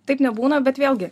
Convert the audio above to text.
taip nebūna bet vėlgi